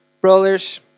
brothers